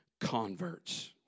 converts